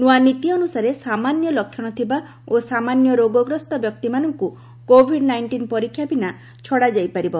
ନୂଆ ନୀତି ଅନୁସାରେ ସାମାନ୍ୟ ଲକ୍ଷଣ ଥିବା ଓ ସାମାନ୍ୟ ରୋଗଗ୍ରସ୍ତ ବ୍ୟକ୍ତିମାନଙ୍କୁ କୋଭିଡ୍ ନାଇଷ୍ଟିନ୍ ପରୀକ୍ଷା ବିନା ଛଡ଼ାଯାଇ ପାରିବ